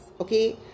Okay